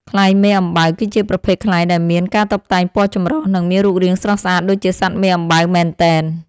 ខ្លែងមេអំបៅ គឺជាប្រភេទខ្លែងដែលមានការតុបតែងពណ៌ចម្រុះ និងមានរូបរាងស្រស់ស្អាតដូចសត្វមេអំបៅមែនទែន។